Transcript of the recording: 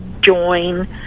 join